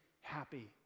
happy